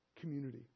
community